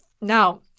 Now